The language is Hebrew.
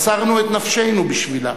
מסרנו את נפשנו בשבילה,